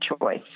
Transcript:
choice